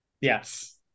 Yes